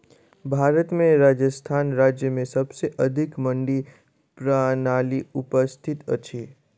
भारत में राजस्थान राज्य में सबसे अधिक मंडी प्रणाली उपस्थित अछि